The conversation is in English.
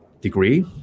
degree